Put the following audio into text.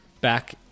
back